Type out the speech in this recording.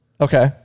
Okay